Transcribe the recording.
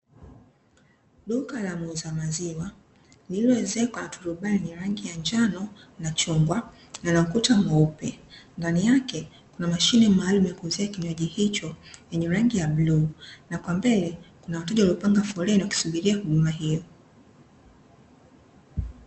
Duka la muuza maziwa lililoezekwa turubai la rangi ya njano na chungwa, lina ukuta mweupe. Ndani yake kuna mashine maalumu, ya kuuzia kinywaji hicho, yenye rangi ya bluu. Na kwa mbele kuna wateja wamepanga foleni, wakisubiria huduma hiyo.